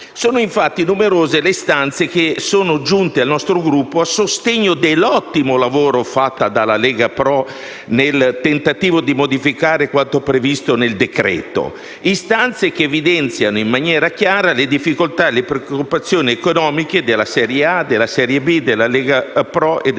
Sono, infatti, numerose le istanze che sono giunte al nostro Gruppo a sostegno dell'ottimo lavoro fatto nella Lega Pro, nel tentativo di modificare quanto previsto nel decreto. Le istanze evidenziano in maniera chiara le difficoltà e le preoccupazioni economiche della serie A, B, lega Pro e lega Basket.